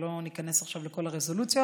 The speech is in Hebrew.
ולא ניכנס עכשיו לכל הרזולוציות.